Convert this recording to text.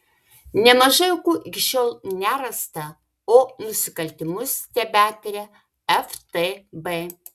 nemažai aukų iki šiol nerasta o nusikaltimus tebetiria ftb